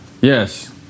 Yes